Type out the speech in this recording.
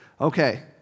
Okay